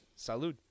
Salud